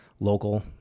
local